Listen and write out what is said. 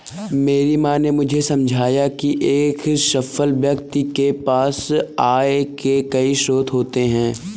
मेरी माँ ने मुझे समझाया की एक सफल व्यक्ति के पास आय के कई स्रोत होते हैं